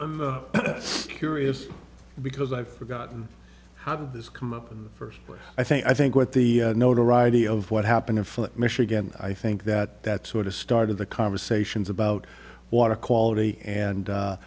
curious because i've forgotten how did this come up and first i think i think what the notoriety of what happened in flint michigan i think that that sort of started the conversations about water quality and a